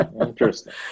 interesting